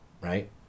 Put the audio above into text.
right